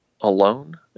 alone